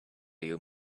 you